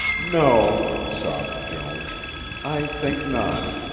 no, sobbed joan i think not.